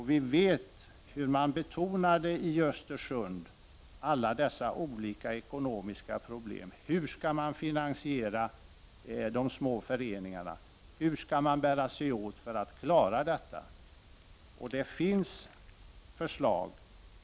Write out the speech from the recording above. Vi vet hur man i Östersund betonade alla dessa olika ekonomiska problem. Hur skall man finansiera de små föreningarna? Hur skall man bära sig åt för att klara av detta? Det finns förslag.